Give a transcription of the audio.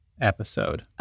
episode